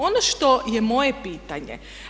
Ono što je moje pitanje.